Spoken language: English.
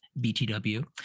btw